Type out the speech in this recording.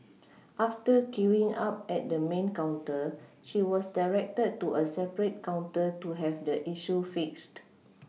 after queuing up at the main counter she was directed to a separate counter to have the issue fixed